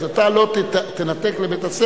אז אתה לא תנתק לבית-הספר,